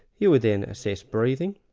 you would then assess breathing,